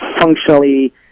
functionally